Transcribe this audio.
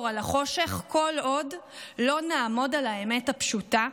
על החושך כל עוד לא נעמוד על האמת הפשוטה,